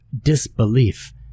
disbelief